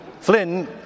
Flynn